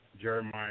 Jeremiah